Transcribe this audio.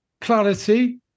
clarity